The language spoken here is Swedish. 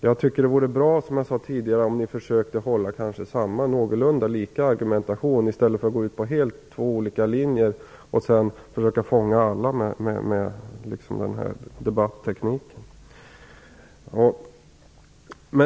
Jag tycker att det vore bra, som jag sade tidigare, om ni försökte hålla samman någorlunda och presentera en likartad argumentation i stället för att gå ut på två olika linjer och försöka fånga alla med den här debattekniken.